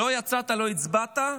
לא יצאת, לא הצבעת?